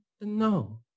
no